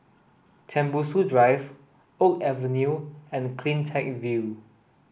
Tembusu Drive Oak Avenue and CleanTech View